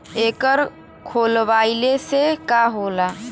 एकर खोलवाइले से का होला?